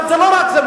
זה לא רק זה.